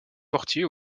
portier